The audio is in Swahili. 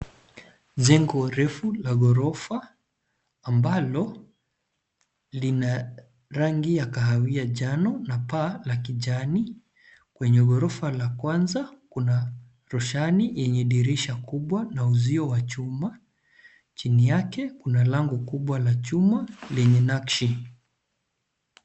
Jengo refu la gorofa, ambalo lina rangi ya kahawia njano na paa la kijani. kwenye gorofa la kwanza kuna roshani yenye dirisha kubwa na uzio wa chuma , chini yake kuna lango kubwa la chuma lenye nakshi.